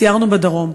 סיירנו בדרום.